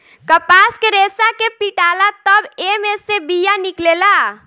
कपास के रेसा के पीटाला तब एमे से बिया निकलेला